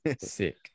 Sick